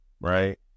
right